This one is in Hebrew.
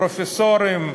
פרופסורים,